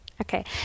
Okay